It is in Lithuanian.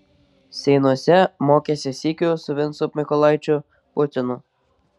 seinuose mokėsi sykiu su vincu mykolaičiu putinu